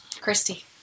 Christy